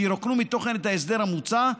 שירוקנו מתוכן את ההסדר המוצע,